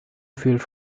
fühlt